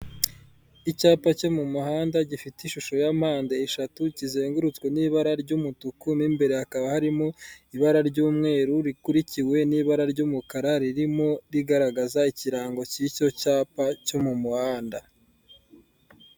Icyapa cyo mu muhanda gifite ishusho ya mpande eshatu, kizengurutswe n'ibara ry'umutuku n'imbere hakaba harimo ibara ry'umweru, rikurikiwe n'ibara ry'umukara ririmo rigaragaza ikirango cy'icyo cyapa cyo mu muhanda.